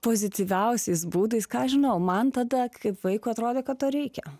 pozityviausiais būdais ką aš žinau man tada kaip vaikui atrodė kad to reikia